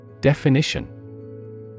Definition